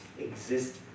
exist